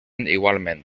igualment